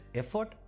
effort